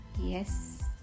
Yes